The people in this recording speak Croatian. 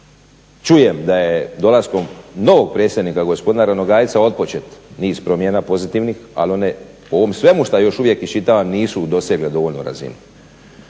Čujem da je dolaskom novog predsjednika gospodina Ranogajca otpočet niz promjena pozitivnih, ali one u ovom svemu što još uvijek iščitavam nisu dosegle dovoljnu razinu.